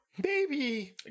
Baby